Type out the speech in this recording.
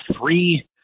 three